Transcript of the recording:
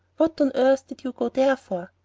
what on earth did you go there for?